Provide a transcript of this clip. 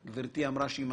מסכימה.